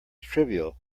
trivial